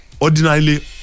ordinarily